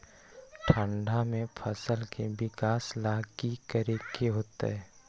ठंडा में फसल के विकास ला की करे के होतै?